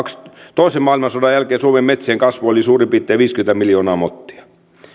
toisen maailmansodan jälkeen suomen metsien kasvu oli suurin piirtein viisikymmentä miljoonaa mottia